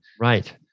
Right